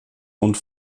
und